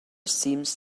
seems